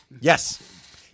Yes